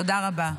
תודה רבה.